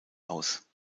aus